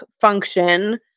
function